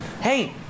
Hey